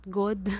good